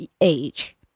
age